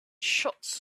shots